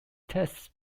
test